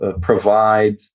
provide